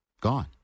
gone